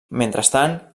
mentrestant